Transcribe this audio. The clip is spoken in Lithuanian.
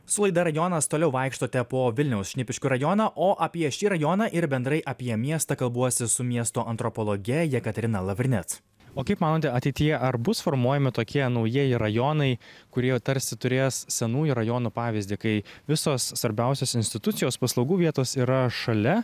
su laida rajonas toliau vaikštote po vilniaus šnipiškių rajoną o apie šį rajoną ir bendrai apie miestą kalbuosi su miesto antropologe jekaterina lavrinec o kaip manote ateityje ar bus formuojami tokie naujieji rajonai kurie tarsi turės senųjų rajonų pavyzdį kai visos svarbiausios institucijos paslaugų vietos yra šalia